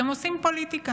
אתם עושים פוליטיקה.